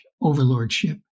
overlordship